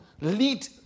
lead